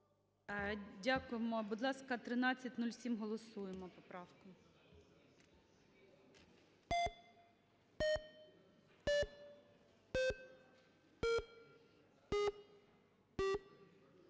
Дякуємо. Будь ласка, 1307-а. Голосуємо поправку.